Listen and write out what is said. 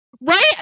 Right